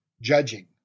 judging